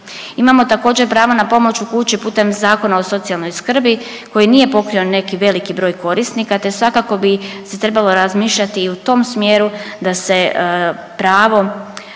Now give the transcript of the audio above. Imamo također pravo na pomoć u kući putem Zakona o socijalnoj skrbi koji nije pokrio neki veliki broj korisnika, te svakako bi se trebalo razmišljati i u tom smjeru da se pravo,